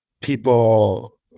people